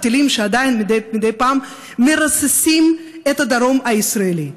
הטילים שעדיין מדי פעם מרססים בהם את הדרום הישראלי.